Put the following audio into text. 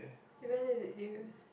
when is it due